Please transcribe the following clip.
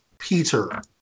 Peter